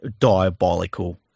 diabolical